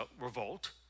revolt